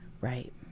Right